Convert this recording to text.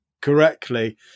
correctly